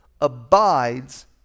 abides